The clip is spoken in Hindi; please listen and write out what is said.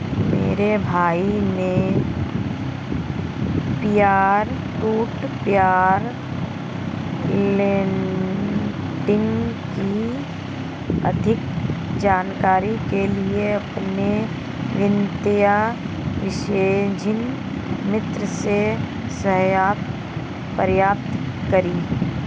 मेरे भाई ने पियर टू पियर लेंडिंग की अधिक जानकारी के लिए अपने वित्तीय विशेषज्ञ मित्र से सहायता प्राप्त करी